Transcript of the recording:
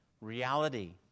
reality